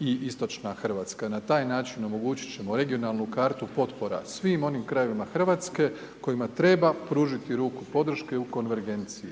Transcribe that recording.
i Istočna Hrvatska. Na taj način omogućit ćemo regionalnu kartu potpora svim onim krajevima Hrvatske kojima treba pružiti ruku podrške u konvergenciji,